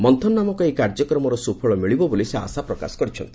ମନ୍ଥନ ନାମକ ଏହି କାର୍ଯ୍ୟକ୍ରମର ସୁଫଳ ମିଳିବ ବୋଲି ସେ ଆଶା ପ୍ରକାଶ କରିଛନ୍ତି